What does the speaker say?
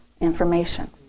information